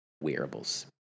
wearables